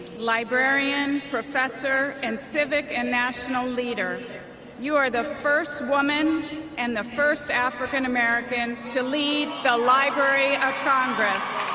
librarian, professor, and civic and national leader you are the first woman and the first african-american to lead the library of congress